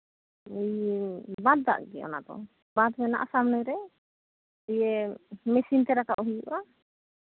ᱤᱭᱟᱹ ᱵᱟᱸᱫᱷ ᱫᱟᱜ ᱜᱮ ᱚᱱᱟ ᱫᱚ ᱵᱟᱸᱫᱷ ᱢᱮᱱᱟᱜᱼᱟ ᱥᱟᱢᱱᱮᱨᱮ ᱫᱤᱭᱮ ᱢᱮᱥᱤᱱᱛᱮ ᱨᱟᱠᱟᱵ ᱦᱩᱭᱩᱜᱼᱟ